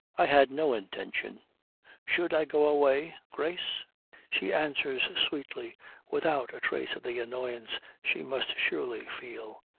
i had no intention should i go away, grace she answers sweetly without a trace of the annoyance she must surely feel.